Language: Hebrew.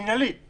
מנהלי יכול